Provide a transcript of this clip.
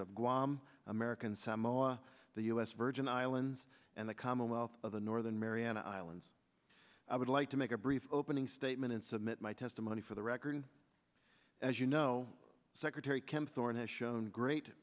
guam american samoa the u s virgin islands and the commonwealth of the northern mariana islands i would like to make a brief opening statement and submit my testimony for the record as you know secretary